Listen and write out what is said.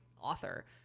author